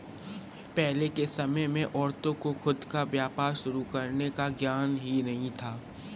पहले के समय में औरतों को खुद का व्यापार शुरू करने का ज्ञान ही नहीं था